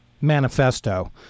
manifesto